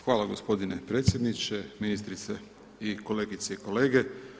Hvala gospodine predsjedniče, ministrice i kolegice i kolege.